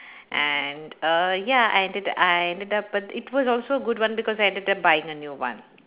and err ya I ended I ended up but it was also good one because I ended up buying a new one